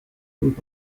und